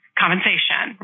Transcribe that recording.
compensation